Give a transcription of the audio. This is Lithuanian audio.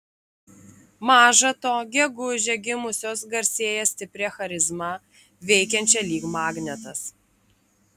maža to gegužę gimusios garsėja stipria charizma veikiančia lyg magnetas